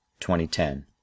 2010